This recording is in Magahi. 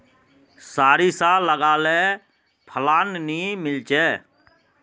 सारिसा लगाले फलान नि मीलचे?